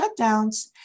shutdowns